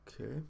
okay